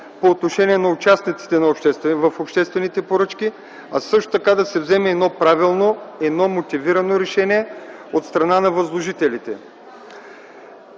по отношение на участниците в обществените поръчки, а също така да се вземе правилно, мотивирано решение от страна на възложителите.